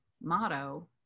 motto